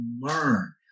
learn